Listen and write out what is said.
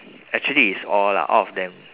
actually is all lah all of them